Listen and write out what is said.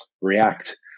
react